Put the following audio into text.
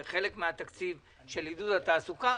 חלק מהתקציב של עידוד התעסוקה.